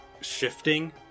shifting